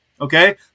Okay